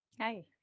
Hi